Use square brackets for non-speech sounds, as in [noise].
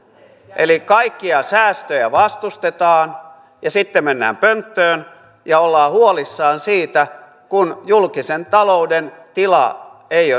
eli kaikkia säästöjä vastustetaan ja sitten mennään pönttöön ja ollaan huolissaan siitä kun julkisen talouden tila ei [unintelligible]